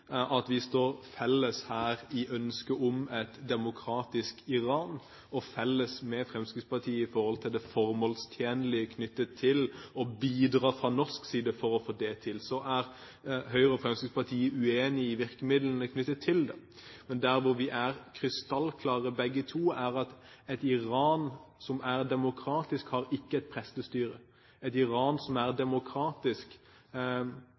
at vi står sammen her om ønsket om et demokratisk Iran. Vi står også sammen med Fremskrittspartiet når det gjelder det formålstjenlige knyttet til å bidra fra norsk side for å få det til. Så er Høyre og Fremskrittspartiet uenige om virkemidlene knyttet til det. Derimot er vi, begge partier, krystallklare på at et Iran som er demokratisk, ikke har et prestestyre. Et Iran som er